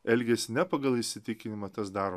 elgias ne pagal įsitikinimą tas daro